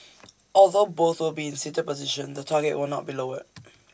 although both will be in A seated position the target will not be lowered